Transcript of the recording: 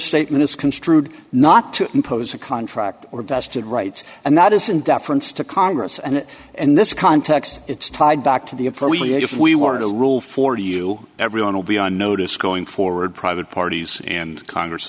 statement is construed not to impose a contract or vested rights and that is in deference to congress and and this context it's tied back to the appropriate if we were to rule for you everyone will be on notice going forward private parties in congress